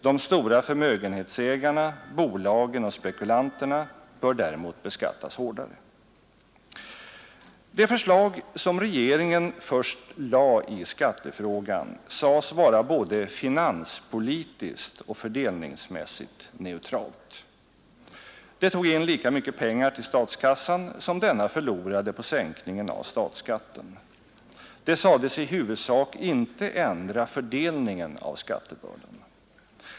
De stora förmögenhetsägarna, bolagen och spekulanterna bör däremot beskattas hårdare. Det förslag som regeringen först lade i skattefrågan sades vara både finanspolitiskt och fördelningsmässigt neutralt. Det tog in lika mycket pengar till statskassan som denna förlorade på sänkningen av statsskatten. Det sades i huvudsak inte ändra fördelningen av skattebördan.